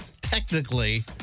technically